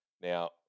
Now